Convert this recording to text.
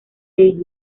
davis